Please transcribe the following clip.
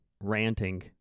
ranting